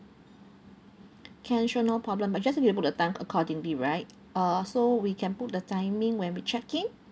can sure no problem but just need to book the time accordingly right uh so we can put the timing when we check in